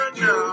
no